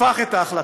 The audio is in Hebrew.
הפך את ההחלטה.